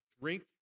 drink